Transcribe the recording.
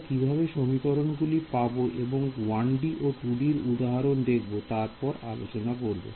আমরা কিভাবে সমীকরণ গুলি পাব এবং 1D ও 2D উদাহরণ দেখব তারপর আলোচনা করব